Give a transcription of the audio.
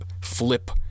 flip